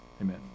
Amen